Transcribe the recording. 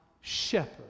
shepherd